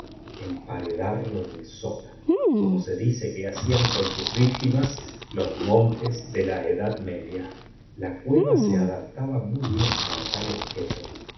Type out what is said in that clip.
determiné emparedarlo en el sótano como se dice que hacían con sus víctimas los monjes de la edad media la cueva se adaptaba muy bien para tal objeto